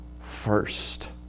first